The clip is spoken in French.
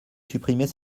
supprimer